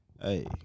Hey